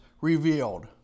Revealed